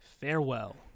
farewell